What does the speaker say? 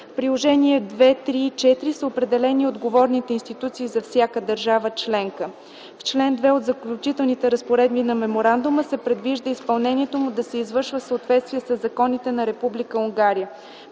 Приложения II, III, и IV са определени отговорните институции за всяка държава-членка. В чл. 2 от Заключителните разпоредби на Меморандума се предвижда изпълнението му да се извършва в съответствие със законите на Република Унгария.